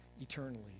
eternally